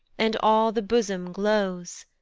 and all the bosom glows.